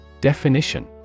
Definition